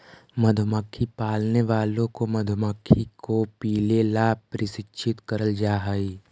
मधुमक्खी पालने वालों को मधुमक्खी को पीले ला प्रशिक्षित करल जा हई